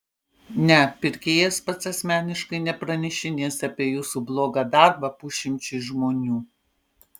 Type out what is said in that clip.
ne pirkėjas pats asmeniškai nepranešinės apie jūsų blogą darbą pusšimčiui žmonių